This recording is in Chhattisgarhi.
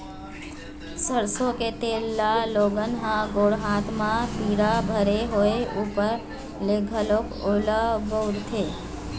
सरसो के तेल ल लोगन ह गोड़ हाथ म पीरा भरे होय ऊपर ले घलोक ओला बउरथे